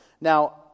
Now